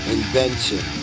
Invention